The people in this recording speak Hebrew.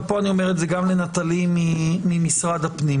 ופה אני אומר את זה גם לנטלי ממשרד הפנים